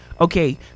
okay